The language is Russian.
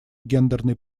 гендерной